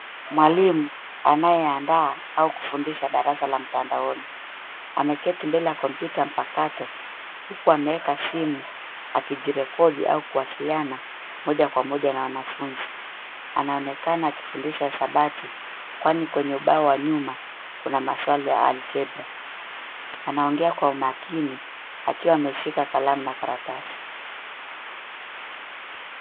Mwalimu anayeandaa au kufundisha darasa la mtandaoni. Ameketi mbele ya kompyuta mpakato. Huku ameweka simu akijirekodi au kuwasiliana moja kwa moja na wanafunzi. Anaonekana akifundisha hisabati kwani kwenye ubao wa nyuma kuna maswali ya algebra .Anaongea kwa umakini akiwa ameshika kalamu na karatasi.